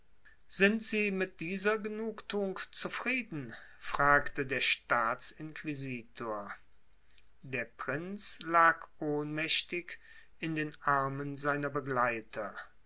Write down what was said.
sind sie mit dieser genugtuung zufrieden fragte der staatsinquisitor der prinz lag ohnmächtig in den armen seiner begleiter